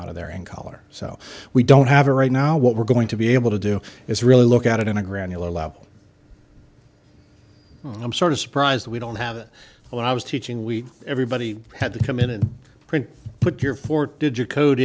out of there and color so we don't have a right now what we're going to be able to do is really look at it in a granular level and i'm sort of surprised that we don't have it when i was teaching we everybody had to come in and print put your four digit code